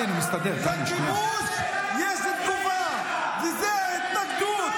לכיבוש יש תגובה, וזו ההתנגדות.